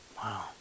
Wow